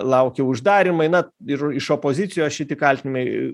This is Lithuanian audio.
laukia uždarymai na ir iš opozicijos šiti kaltinimai